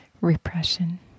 Repression